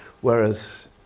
whereas